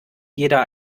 jeder